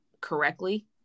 correctly